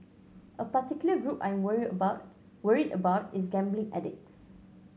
a particular group I'm worry about worried about is gambling addicts